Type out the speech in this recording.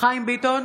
חיים ביטון,